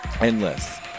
endless